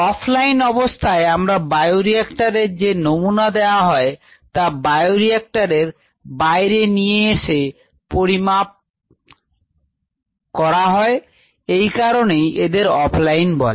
offline অবস্থায় আমরা বায়োরিঅ্যাক্টরে যে নমুনা দেওয়া হয় তা বায়োরিঅ্যাক্টরের বাইরে নিয়ে এসে পরিমাপ করা হয় এই কারণেই এদের অফলাইন বলে